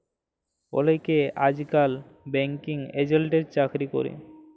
অলেকে আইজকাল ব্যাঙ্কিং এজেল্টের চাকরি ক্যরে